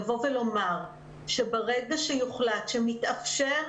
ברגע שיוחלט שמתאפשר,